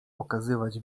okazywać